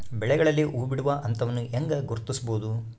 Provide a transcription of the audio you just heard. ಬೆಳೆಗಳಲ್ಲಿ ಹೂಬಿಡುವ ಹಂತವನ್ನು ಹೆಂಗ ಗುರ್ತಿಸಬೊದು?